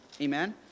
amen